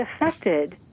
affected